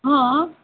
हँ